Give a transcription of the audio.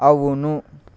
అవును